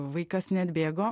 vaikas neatbėgo